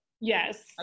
Yes